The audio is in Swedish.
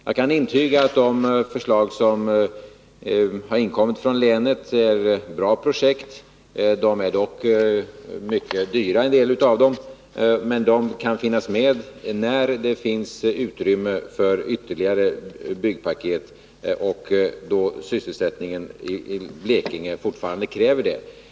Jag kan intyga att de förslag som har inkommit från länet är bra projekt. En del av dem är mycket dyra, men de kan finnas med när det finns utrymme för ytterligare byggpaket och sysselsättningen i Blekinge fortfarande kräver det.